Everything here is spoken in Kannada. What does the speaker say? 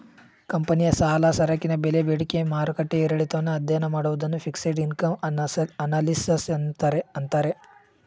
ಕಂಪನಿಯ ಸಾಲ, ಸರಕಿನ ಬೆಲೆ ಬೇಡಿಕೆ ಮಾರುಕಟ್ಟೆಯ ಏರಿಳಿತವನ್ನು ಅಧ್ಯಯನ ಮಾಡುವುದನ್ನು ಫಿಕ್ಸೆಡ್ ಇನ್ಕಮ್ ಅನಲಿಸಿಸ್ ಅಂತಾರೆ